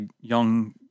young